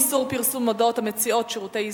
איסור פרסום מודעות המציעות שירותי זנות),